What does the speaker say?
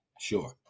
Sure